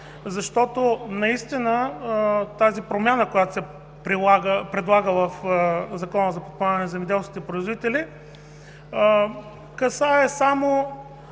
закон, защото промяната, която се предлага в Закона за подпомагане на земеделските производители, касае само